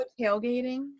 Tailgating